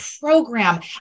program